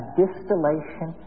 distillation